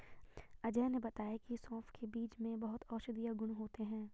अजय ने बताया की सौंफ का बीज में बहुत औषधीय गुण होते हैं